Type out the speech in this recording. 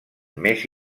més